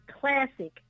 classic